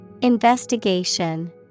Investigation